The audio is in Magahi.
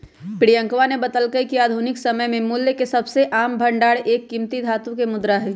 प्रियंकवा ने बतल्ल कय कि आधुनिक समय में मूल्य के सबसे आम भंडार एक कीमती धातु के मुद्रा हई